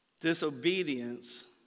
Disobedience